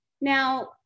Now